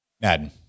Madden